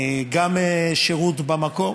גם שירות במקום,